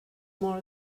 more